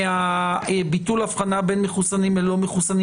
מביטול הבחנה בין מחוסנים ללא מחוסנים